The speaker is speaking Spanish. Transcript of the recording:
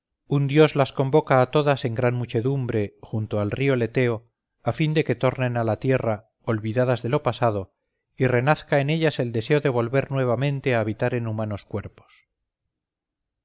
un dios las convoca a todas en gran muchedumbre junto al río leteo a fin de que tornen a la tierra olvidadas de lo pasado y renazca en ellas el deseo de volver nuevamente a habitar en humanos cuerpos